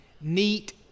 neat